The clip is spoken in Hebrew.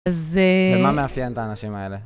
זה.. ומה מאפיין את האנשים האלה.